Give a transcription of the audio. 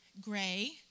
gray